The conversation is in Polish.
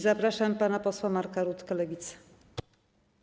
Zapraszam pana posła Marka Rutkę, Lewica.